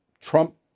Trump